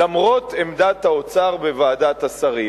למרות עמדת האוצר בוועדת השרים.